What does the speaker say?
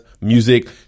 music